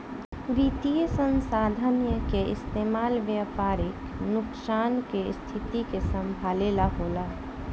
वित्तीय संसाधन के इस्तेमाल व्यापारिक नुकसान के स्थिति के संभाले ला होला